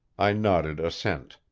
i nodded assent.